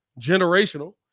generational